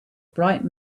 bright